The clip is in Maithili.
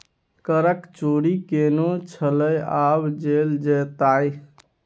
करक चोरि केने छलय आब जेल जेताह